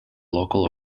local